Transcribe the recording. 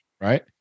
right